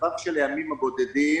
בטווח של ימים בודדים,